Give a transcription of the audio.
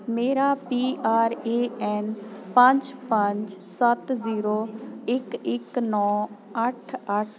ਮੇਰਾ P R A N ਪੰਜ ਪੰਜ ਸੱਤ ਜੀਰੋ ਇੱਕ ਇੱਕ ਨੌਂ ਅੱਠ ਅੱਠ